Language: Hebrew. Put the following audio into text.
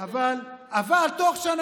שלוש קדנציות.